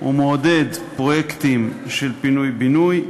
הוא מעודד פרויקטים של פינוי-בינוי,